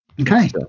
okay